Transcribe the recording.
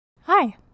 Hi